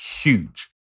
huge